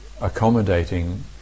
accommodating